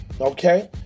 Okay